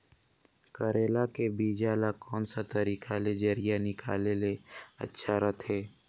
करेला के बीजा ला कोन सा तरीका ले जरिया निकाले ले अच्छा रथे?